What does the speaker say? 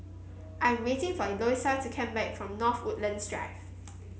I am waiting for Eloisa to come back from North Woodlands Drive